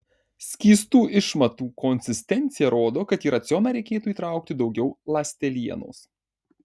skystų išmatų konsistencija rodo kad į racioną reikėtų įtraukti daugiau ląstelienos